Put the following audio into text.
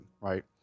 right